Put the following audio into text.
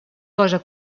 cosa